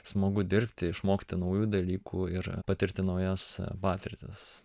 smagu dirbti išmokti naujų dalykų ir patirti naujas patirtis